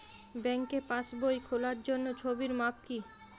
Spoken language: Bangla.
ব্যাঙ্কে পাসবই খোলার জন্য ছবির মাপ কী?